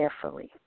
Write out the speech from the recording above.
carefully